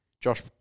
Josh